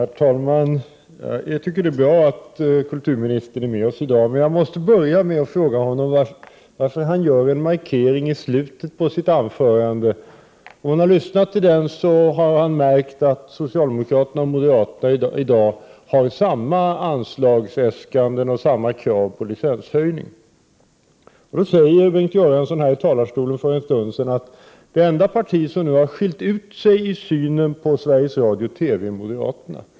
Herr talman! Jag tycker att det är bra att kulturministern är med oss i dag, men jag måste börja med att fråga honom varför han gjorde en markering i slutet av sitt anförande. Den som lyssnat till debatten har märkt att socialdemokraterna och moderaterna i dag har samma anslagsäskanden och samma krav på licenshöjning. Då säger Bengt Göransson här från talarstolen att det enda parti som har skiljt ut sig i synen på Sveriges Radio-TV är moderaterna.